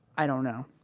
i don't know.